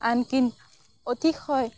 আনকি অতিশয়